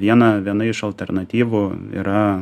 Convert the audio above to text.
vieną viena iš alternatyvų yra